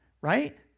right